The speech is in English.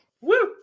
Woo